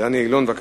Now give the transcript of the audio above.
דני אילון, בבקשה,